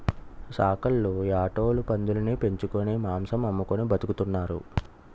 సాకల్లు యాటోలు పందులుని పెంచుకొని మాంసం అమ్ముకొని బతుకుతున్నారు